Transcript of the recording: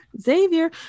Xavier